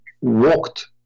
walked